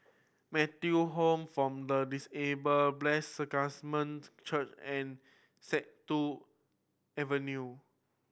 Metta Home form the Disable Blessed Sacrament Church and Avenue